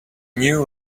new